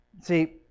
See